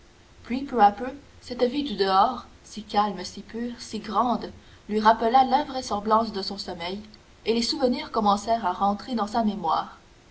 puis peu à peu cette vie du dehors si calme si pure si grande lui rappela l'invraisemblance de son sommeil et les souvenirs commencèrent à rentrer dans sa mémoire